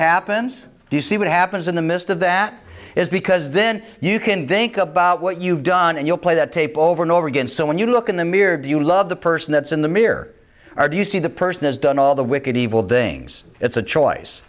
happens do you see what happens in the midst of that is because then you can think about what you've done and you'll play that tape over and over again so when you look in the mirror do you love the person that's in the mere or do you see the person has done all the wicked evil doings it's a choice